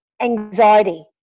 anxiety